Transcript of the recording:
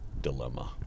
dilemma